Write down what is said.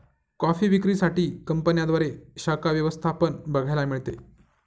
coffee विक्री साठी कंपन्यांद्वारे शाखा व्यवस्था पण बघायला मिळते